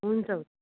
हुन्छ